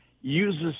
uses